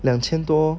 两千多